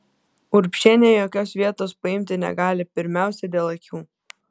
urbšienė jokios vietos paimti negali pirmiausia dėl akių